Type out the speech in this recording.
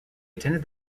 attended